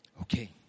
Okay